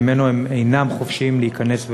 ואליו הם אינם חופשיים להיכנס,